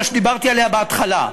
שדיברתי עליה בהתחלה,